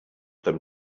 them